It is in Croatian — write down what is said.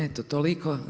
Eto toliko.